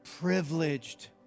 privileged